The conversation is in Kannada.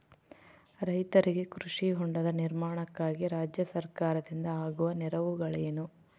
ರೈತರಿಗೆ ಕೃಷಿ ಹೊಂಡದ ನಿರ್ಮಾಣಕ್ಕಾಗಿ ರಾಜ್ಯ ಸರ್ಕಾರದಿಂದ ಆಗುವ ನೆರವುಗಳೇನು?